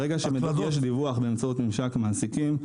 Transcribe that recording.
ברגע שמתרחש דיווח באמצעות ממשק מעסיקים,